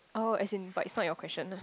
oh as in but it's not your question ah